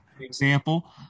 example